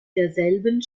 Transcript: derselben